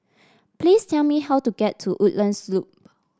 please tell me how to get to Woodlands Loop